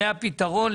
זה הפתרון.